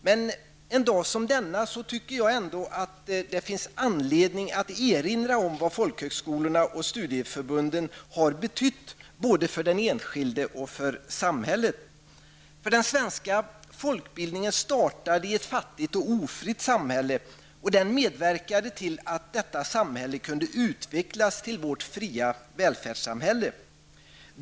Men en dag som denna tycker jag ändå att det finns anledning att erinra om vad folkhögskolorna och studieförbunden har betytt både för den enskilde och för samhället. Sen svenska folkbildningen startade i ett fattigt och ofritt samhälle, och den medverkade till att detta samhälle kunde utvecklas till vårt fria välfärdssamhälle.